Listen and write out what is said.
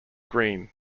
green